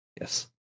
yes